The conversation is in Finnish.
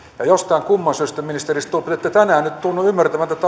jostain kumman syystä ministeri stubb te ette tänään nyt tunnu ymmärtävän tätä